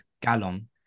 gallon